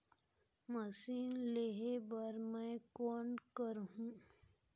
Machine लेहे बर मै कौन करहूं?